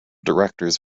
directors